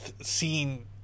seeing